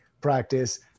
practice